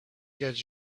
gets